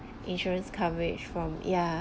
insurance coverage from yeah